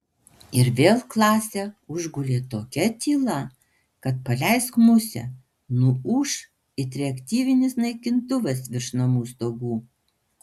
ir vėl klasę užgulė tokia tyla kad paleisk musę nuūš it reaktyvinis naikintuvas virš namų stogų